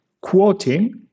quoting